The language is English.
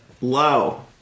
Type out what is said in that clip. Low